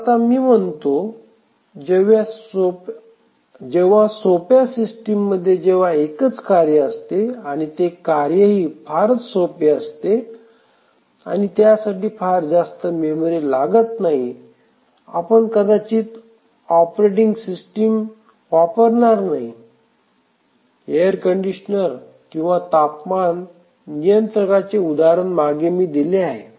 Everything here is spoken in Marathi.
पण आता मी म्हणतो जेव्हा सोप्या सिस्टीममध्ये जेव्हा एकच कार्य असते आणि ते कार्यही फारच सोपे असते आणि त्यासाठी फार जास्त मेमरी लागत नाही आपण कदाचित ऑपरेटिंग सिस्टिम वापरणार नाही एअर कंडिशनर किंवा तापमान नियंत्रकाचे उदाहरण मागे दिले आहे